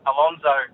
Alonso